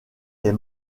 les